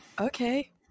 Okay